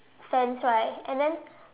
fence right and then